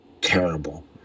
terrible